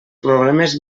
problemes